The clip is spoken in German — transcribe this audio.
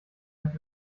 nicht